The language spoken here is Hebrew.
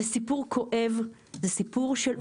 זה סיפור כואב, זה סיפור של אובדן חיים.